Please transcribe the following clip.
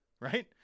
right